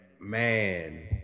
man